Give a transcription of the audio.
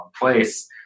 place